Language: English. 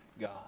God